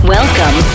Welcome